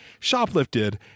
shoplifted